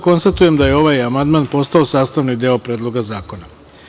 Konstatujem da je ovaj amandman postao sastavni deo Predloga zakona.